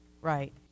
Right